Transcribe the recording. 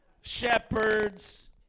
shepherds